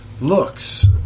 looks